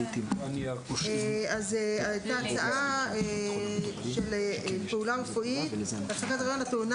הייתה הצעה של פעולה רפואית הטעונה